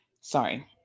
sorry